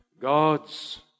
God's